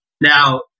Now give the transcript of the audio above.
Now